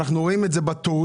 אנחנו רואים את זה בתורים,